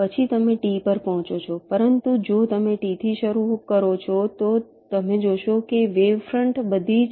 પછી તમે T પર પહોંચો છો પરંતુ જો તમે T થી શરૂ કરો છો તો તમે જોશો કે વેવ ફ્રંટ બધી